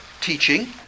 teaching